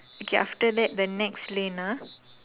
okay after that the next lane ah